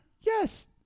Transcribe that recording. Yes